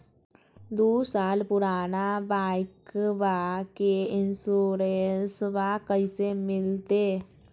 दू साल पुराना बाइकबा के इंसोरेंसबा कैसे मिलते?